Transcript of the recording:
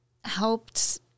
helped